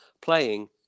playing